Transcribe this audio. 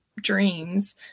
dreams